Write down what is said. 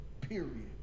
period